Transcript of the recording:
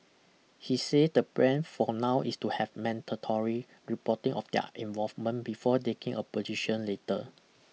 he say the plan for now is to have mandatory reporting of their involvement before taking a position later